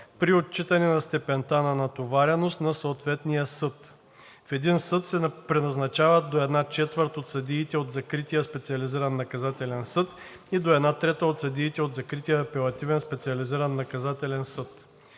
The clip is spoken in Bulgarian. при отчитане на степента на натовареност на съответния съд. В един съд се преназначават до една четвърт от съдиите от закрития Специализиран наказателен съд и до една трета от съдиите от закрития Апелативен специализиран наказателен съд.